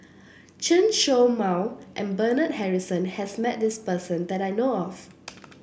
Chen Show Mao and Bernard Harrison has met this person that I know of